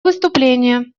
выступление